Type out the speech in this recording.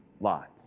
Lot's